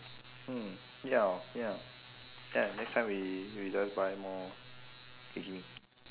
hmm ya ya ya next time we we just buy more maggi mee